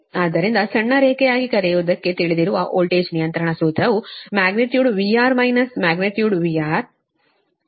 ಆದ್ದರಿಂದ ಸಣ್ಣ ರೇಖೆಯಾಗಿ ಕರೆಯುವದಕ್ಕೆ ತಿಳಿದಿರುವ ವೋಲ್ಟೇಜ್ ನಿಯಂತ್ರಣ ಸೂತ್ರವು magnitude VR minus magnitude VR ನ 100 ರಿಂದ 100 ಆಗಿದೆ